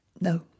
No